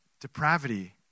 depravity